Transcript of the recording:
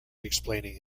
explaining